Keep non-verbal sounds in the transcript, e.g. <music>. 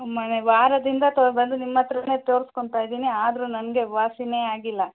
<unintelligible> ವಾರದಿಂದ ತೋರಿ ಬಂದು ನಿಮ್ಮ ಹತ್ರನೇ ತರಿಸ್ಕೊಂತ ಇದೀನಿ ಆದರು ನನಗೆ ವಾಸಿನೆ ಆಗಿಲ್ಲ